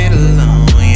alone